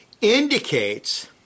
indicates